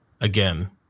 again